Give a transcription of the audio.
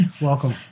Welcome